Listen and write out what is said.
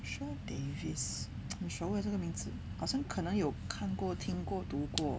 shore davis 很熟了这个名字好像可能有看过听过读过